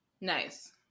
Nice